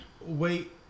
wait